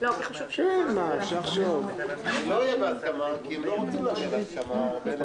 להסכמה, שהסיעות הגיעו להסכמה.